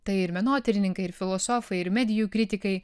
tai ir menotyrininkai ir filosofai ir medijų kritikai